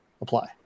apply